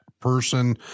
person